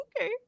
okay